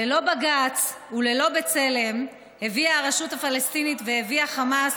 ללא בג"ץ וללא בצלם הביאה הרשות הפלסטינית והביא החמאס